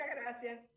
gracias